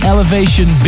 Elevation